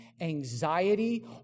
anxiety